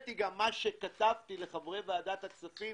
שכתבתי לחברי ועדת הכספים